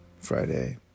Friday